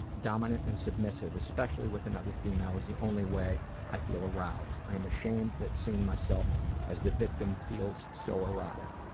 dominant and submissive especially with another female was the only way i feel aroused. i'm ashamed that seeing myself as the victim feels so erotic.